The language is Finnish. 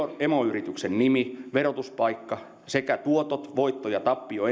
emoyrityksen nimi verotuspaikka sekä tuotot voitto ja tappio